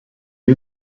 you